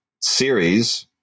series